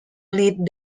lead